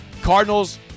Cardinals